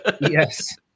Yes